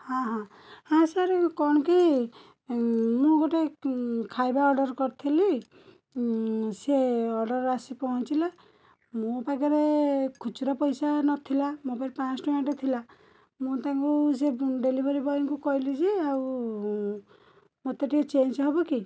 ହଁ ହଁ ହଁ ସାର୍ ଇଏ କ'ଣ କି ମୁଁ ଗୋଟେ ଖାଇବା ଅର୍ଡ଼ର କରିଥିଲି ସିଏ ଅର୍ଡ଼ର ଆସି ପହଁଞ୍ଚିଲା ମୋ ପାଖରେ ଖୁଚୁରା ପଇସା ନଥିଲା ମୋ ପାଖରେ ପାଞ୍ଚଶହ ଟଙ୍କାଟେ ଥିଲା ମୁଁ ତାଙ୍କୁ ସେ ଡେଲିଭରି ବଏଙ୍କୁ କହିଲି ଯେ ଆଉ ମୋତେ ଟିକିଏ ଚେଞ୍ଜ ହବ କି